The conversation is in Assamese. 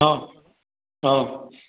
অঁ অঁ